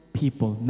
people